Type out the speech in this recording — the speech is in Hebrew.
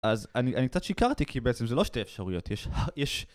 אז אני קצת שיקרתי כי בעצם זה לא שתי אפשרויות, יש...